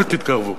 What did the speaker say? אל תתקרבו.